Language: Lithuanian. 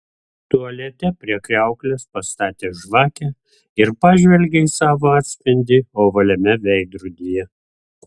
tualete prie kriauklės pastatė žvakę ir pažvelgė į savo atspindį ovaliame veidrodyje